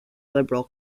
liberal